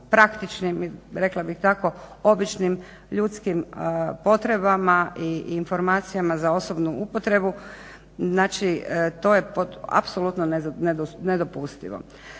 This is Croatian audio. praktičnim i rekla bih tako običnim ljudskim potrebama i informacijama za osobnu upotrebu, znači to je apsolutno nedopustivo.